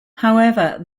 however